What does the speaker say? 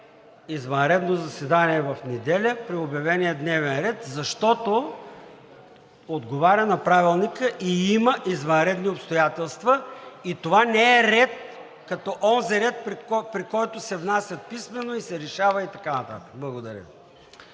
извънредно заседание в неделя, защото отговаря на Правилника и има извънредни обстоятелства. И това не е ред като онзи ред, при който се внася писмено и се решава, и така нататък. Благодаря